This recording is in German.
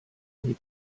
hitze